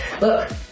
Look